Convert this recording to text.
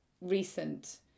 recent